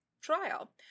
trial